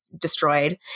destroyed